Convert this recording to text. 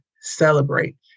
celebrate